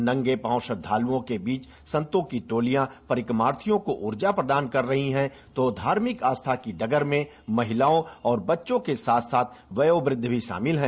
नंगे पाँव श्रद्दालुओं के बीच संतों की टोलियां परिक्रमार्थियों को उर्जा प्रदान कर रहीं हैं तो धार्मिक आस्था की डगर में महिलाओं बच्चों के साथ साथ वयोवृद्ध भी शामिल हैं